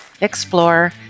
explore